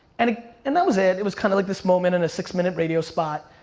and ah and that was, it it was kinda like this moment in a six minute radio spot.